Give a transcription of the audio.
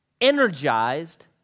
energized